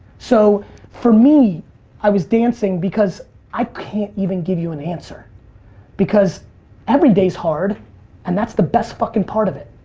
so for me i was dancing because i can't even give you an answer because every day's hard and that's the best fucking part of it